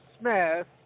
Smith